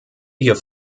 hier